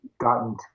gotten